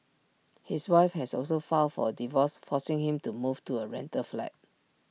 his wife has also filed for A divorce forcing him to move to A rental flat